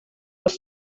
was